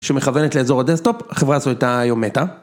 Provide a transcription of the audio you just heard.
שמכוונת לאזור הדסקטופ, החברה הזאת הייתה היום מתה.